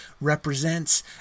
represents